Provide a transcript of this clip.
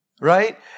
right